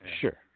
Sure